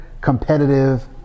competitive